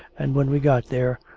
and when we got there,